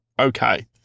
okay